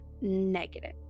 negative